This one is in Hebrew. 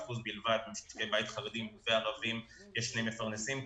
ב-46% ממשקי הבית החרדיים והערביים יש שני מפרנסים,